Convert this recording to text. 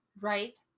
Right